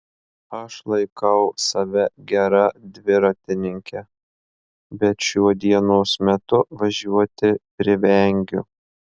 aš laikau save gera dviratininke bet šiuo dienos metu važiuoti privengiu